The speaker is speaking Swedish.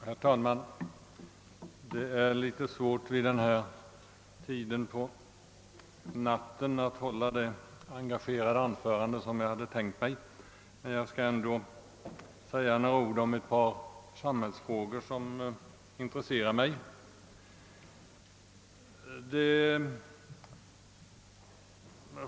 Herr talman! Det är litet svårt för mig att vid denna tid på natten hålla det engagerade anförande som jag hade tänkt hålla, men jag skall ändå säga några ord om ett par samhällsfrågor som intresserar mig.